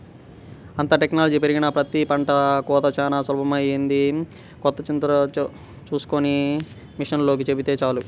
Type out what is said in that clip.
అంతా టెక్నాలజీ పెరిగినాక ప్రతి పంట కోతా చానా సులభమైపొయ్యింది, కోతకొచ్చింది చూస్కొని మిషనోల్లకి చెబితే చాలు